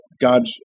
God's